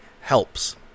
helps